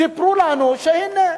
סיפרו לנו: הנה,